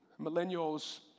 Millennials